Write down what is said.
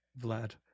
vlad